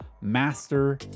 master